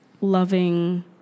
loving